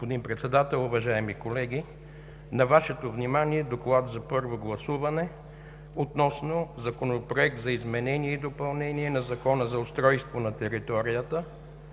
приеме на първо гласуване Законопроект за изменение и допълнение на Закона за устройство на територията,